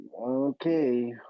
okay